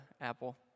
apple